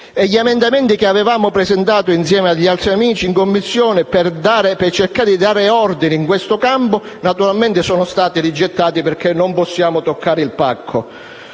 Gli emendamenti che avevamo presentato, insieme agli altri amici, in Commissione per cercare di dare ordine in questo campo naturalmente sono stati rigettati, perché non possiamo toccare il pacco.